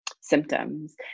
symptoms